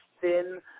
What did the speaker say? thin